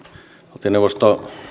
valtioneuvoston